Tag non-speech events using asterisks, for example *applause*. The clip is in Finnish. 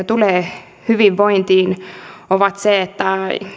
*unintelligible* tulee hyvinvointiin on se että